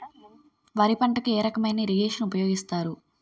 వరి పంటకు ఏ రకమైన ఇరగేషన్ ఉపయోగిస్తారు?